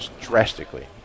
drastically